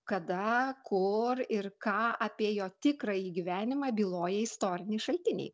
kada kur ir ką apie jo tikrąjį gyvenimą byloja istoriniai šaltiniai